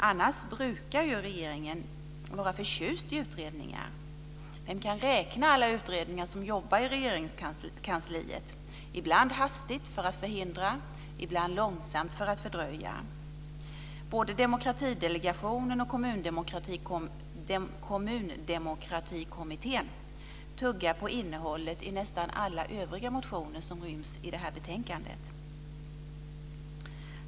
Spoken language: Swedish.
Annars brukar ju regeringen vara förtjust i utredningar. Vem kan räkna alla utredningar som jobbar i Regeringskansliet, ibland hastigt för att förhindra, ibland långsamt för att fördröja? Både Demokratidelegationen och Kommundemokratikommittén tuggar på innehållet i nästan alla övriga motioner som ryms i betänkandet.